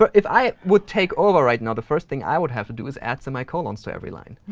but if i would take over right now, the first thing i would have to do is add semicolons to every line.